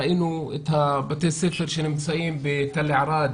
ראינו את בתי הספר שנמצאים בתל ערד